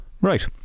Right